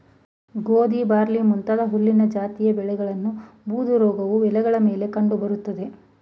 ಗೋಧಿ ಬಾರ್ಲಿ ಮುಂತಾದ ಹುಲ್ಲಿನ ಜಾತಿಯ ಬೆಳೆಗಳನ್ನು ಬೂದುರೋಗವು ಎಲೆಗಳ ಮೇಲೆ ಕಂಡು ಬರ್ತದೆ